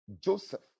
Joseph